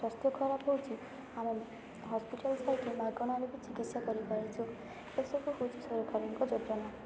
ସ୍ବାସ୍ଥ୍ୟ ଖରାପ ହେଉଛି ଆମ ହସ୍ପିଟାଲ୍ ଯାଇକି ମାଗଣାରେ ବି ଚିକିତ୍ସା କରିପାରୁଛୁ ଏସବୁ ହେଉଛି ସରକାରଙ୍କ ଯୋଜନା